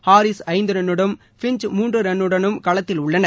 Harris ஐந்து ரன்னுடனும் Finch மூன்று ரன்னுடனும் களத்தில் உள்ளனர்